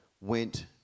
went